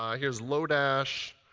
um here's lodash.